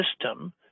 system